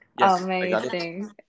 Amazing